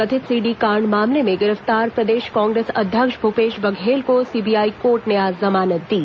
कथित सीडी कांड मामले में गिरफ्तार प्रदेश कांग्रेस अध्यक्ष भूपेश बघेल को सीबीआई कोर्ट ने आज जमानत दी